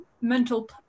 mental